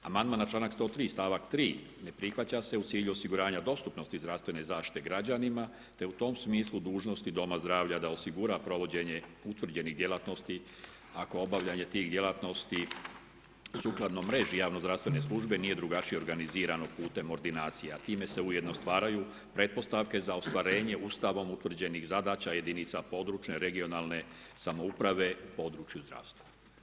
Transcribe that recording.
Amandman na članak 103. stavak 3. ne prihvaća se u cilju osiguranja dostupnosti zdravstvene zaštite građanima te u tom smislu dužnosti doma zdravlja da osigura provođenje utvrđenih djelatnosti ako ... djelatnosti sukladno mreži javnozdravstvene službe nije drugačije organizirano putem ordinacija, time se ujedno stvaraju pretpostavke za ostvarenje Ustavom utvrđenih zadaća jedinica područne(regionalne samouprave u području zdravstva.